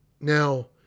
Now